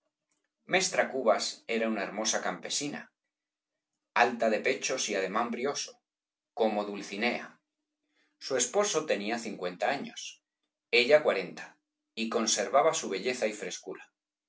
mestra cubas era una hermosa campesina alta de pechos y ademán brioso como dulcinea b pérez galdós su esposo tenía cincuenta años ella cuarenta y conservaba su belleza y frescura